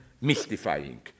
mystifying